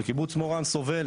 וקיבוץ מורן סובל,